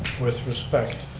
with respect,